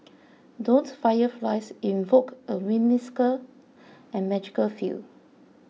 don't fireflies invoke a whimsical and magical feel